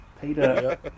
Peter